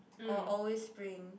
or always spring